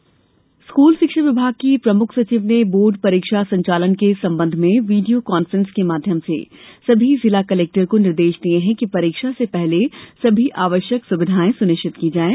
परीक्षा निर्देश स्कूल शिक्षा विभाग की प्रमुख सचिव ने बोर्ड़ परीक्षा संचालन के संबंध में वीडियों कॉन्फ्रेंस के माध्यम से सभी जिला कलेक्टर को निर्देश दिये हैं कि परीक्षा से पहले सभी आवश्यक सुविधाएं सुनिश्चित की जाये